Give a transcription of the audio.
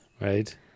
Right